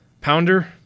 Pounder